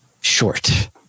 short